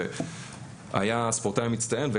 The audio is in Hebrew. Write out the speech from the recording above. שהיה ספורטאי מצטיין,